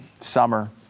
summer